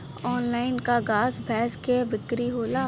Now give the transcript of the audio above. Online का गाय भैंस क बिक्री होला?